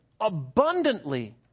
abundantly